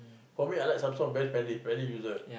for me I like Samsung very friendly friendly user